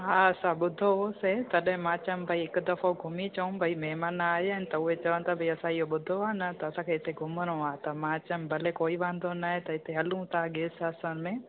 हा असां ॿुधो हुओसीं तॾहिं मां चयमि भई हिकु दफ़ो घुमी अचऊं भई महिमान आया आहिनि त उहे चवनि था त भाई असां इहो ॿुधो आहे न त असांखे इते घुमणो आहे त मां चयमि भले कोई वांदो न आहे त इते हलूं था गिर सासन में